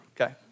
okay